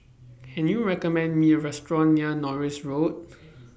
Can YOU recommend Me A Restaurant near Norris Road